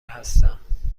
هستم